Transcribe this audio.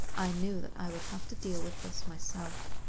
i knew that i would have to deal with this myself.